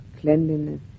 cleanliness